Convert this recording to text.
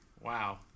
Wow